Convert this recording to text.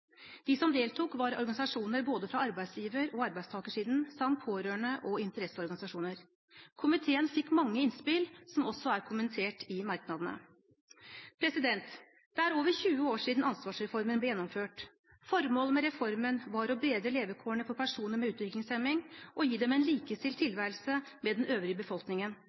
De som deltok, var organisasjoner både fra arbeidsgiver- og arbeidstakersiden samt pårørende og interesseorganisasjoner. Komiteen fikk mange gode innspill, som også er kommentert i merknadene. Det er over 20 år siden ansvarsreformen ble gjennomført. Formålet med reformen var å bedre levekårene for personer med utviklingshemming og gi dem en likestilt tilværelse med den øvrige befolkningen.